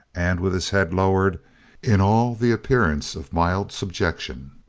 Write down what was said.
and with his head lowered in all the appearance of mild subjection.